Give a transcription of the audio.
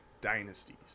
dynasties